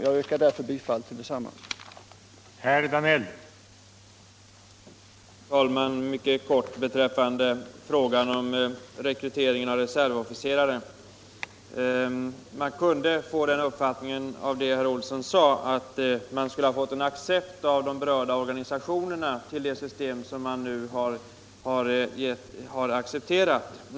Jag yrkar därför bifall till utskottets hemställan.